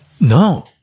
No